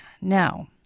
Now